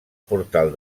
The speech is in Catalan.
portal